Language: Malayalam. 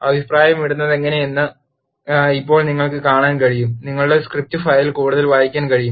അഭിപ്രായമിടുന്നതെങ്ങനെയെന്ന് ഇപ്പോൾ നിങ്ങൾക്ക് കാണാൻ കഴിയും നിങ്ങളുടെ സ്ക്രിപ്റ്റ് ഫയൽ കൂടുതൽ വായിക്കാൻ കഴിയും